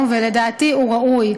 ולדעתי הוא ראוי.